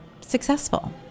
successful